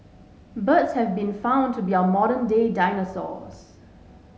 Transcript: birds have been found to be our modern day dinosaurs